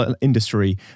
industry